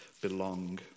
belong